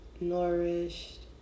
nourished